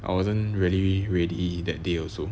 I wasn't really ready that day also